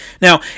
now